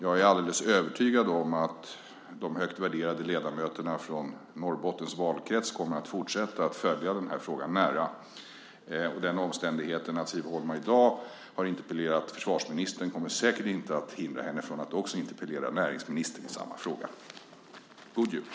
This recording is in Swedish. Jag är alldeles övertygad om att de högt värderade ledamöterna från Norrbottens valkrets kommer att fortsätta att följa den här frågan nära. Den omständigheten att Siv Holma i dag har interpellerat försvarsministern kommer säkert inte att hindra henne från att också interpellera näringsministern i samma fråga. God jul!